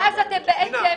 כי אז אתם בעצם --- פנינה,